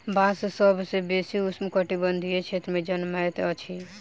बांस सभ सॅ बेसी उष्ण कटिबंधीय क्षेत्र में जनमैत अछि